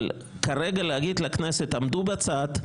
אבל כרגע להגיד לכנסת: עמדו בצד,